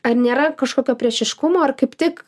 ar nėra kažkokio priešiškumo ar kaip tik